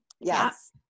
Yes